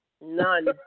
None